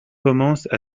commencent